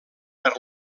per